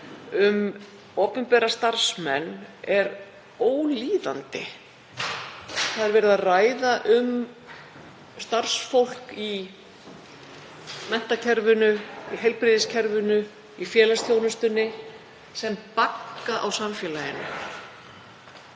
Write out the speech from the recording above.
um opinbera starfsmenn er ólíðandi. Verið er að ræða um starfsfólk í menntakerfinu, heilbrigðiskerfinu, í félagsþjónustunni sem bagga á samfélaginu.